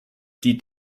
die